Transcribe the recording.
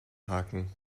haken